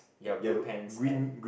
ya blue pants and